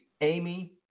Amy